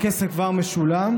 הכסף כבר משולם,